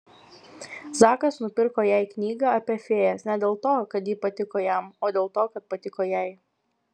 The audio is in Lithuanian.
zakas nupirko jai knygą apie fėjas ne dėl to kad ji patiko jam o dėl to kad patiko jai